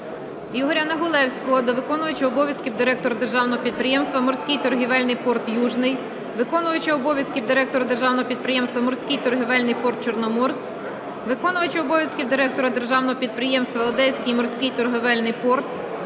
Ігоря Негулевського до виконувача обов'язків директора державного підприємства "Морський торговельний порт "Южний", виконувача обов'язків директора державного підприємства "Морський торговельний порт "Чорноморськ", виконувача обов'язків директора Державного підприємства "Одеський морський торговельний порт",